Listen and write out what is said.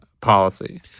policy